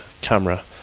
camera